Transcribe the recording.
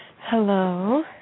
Hello